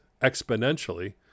exponentially